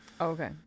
Okay